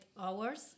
hours